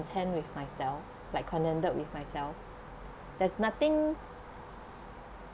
content with myself like contented with myself that's nothing